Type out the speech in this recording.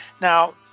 Now